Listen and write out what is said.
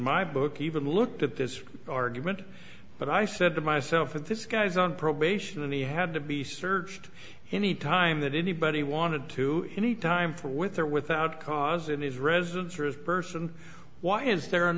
my book even looked at this argument but i said to myself that this guy was on probation and he had to be searched any time that anybody wanted to any time for with or without cause in his residence or his person why is there an